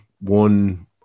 one